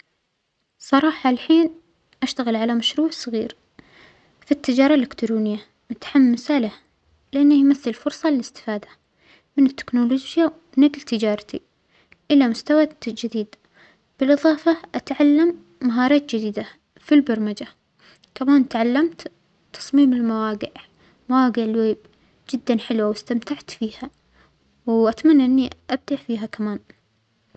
الصراحة هالحين أشتغل على مشروع صغير في التجارة الإلكترونية متحمسة له لأنه يمثل فرصة للإستفادة من التكنولوجيا تجارتى إلى مستوى ت-جديد، بالإظافة أتعلم مهارات جديدة في البرمجة، كمان تعلمت تصميم المواجع، مواجع الويب جدا حلوة وإستمتعت فيها وأتمنى إنى أبدع فيها كمان.